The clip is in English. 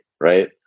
right